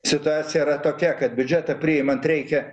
situacija yra tokia kad biudžetą priimant reikia